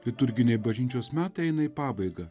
liturginiai bažnyčios metai eina į pabaigą